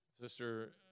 Sister